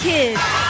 Kids